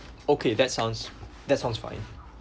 okay that sounds that sounds fine